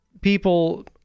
people